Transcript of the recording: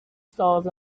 stalls